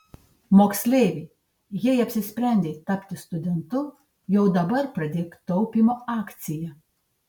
moksleivi jei apsisprendei tapti studentu jau dabar pradėk taupymo akciją